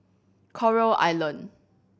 Coral Island